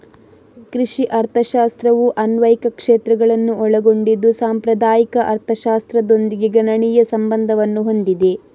ಕೃಷಿ ಅರ್ಥಶಾಸ್ತ್ರವು ಅನ್ವಯಿಕ ಕ್ಷೇತ್ರಗಳನ್ನು ಒಳಗೊಂಡಿದ್ದು ಸಾಂಪ್ರದಾಯಿಕ ಅರ್ಥಶಾಸ್ತ್ರದೊಂದಿಗೆ ಗಣನೀಯ ಸಂಬಂಧವನ್ನು ಹೊಂದಿದೆ